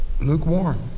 lukewarm